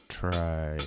try